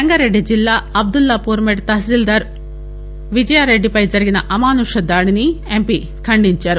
రంగారెడ్డి జిల్లా అబ్దులాపూర్మెట్ తహశీల్దార్ విజయారెడ్డిపై జరిగిన అమానుష దాడిని ఎంపి ఖండించారు